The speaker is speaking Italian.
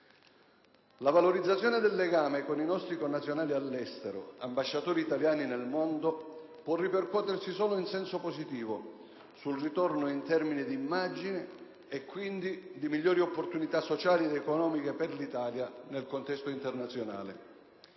La valorizzazione del legame con i nostri connazionali all'estero, ambasciatori italiani nel mondo, può ripercuotersi solo in senso positivo sul ritorno in termini di immagine e quindi di migliori opportunità sociali ed economiche per l'Italia nel contesto internazionale.